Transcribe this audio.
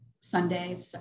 Sunday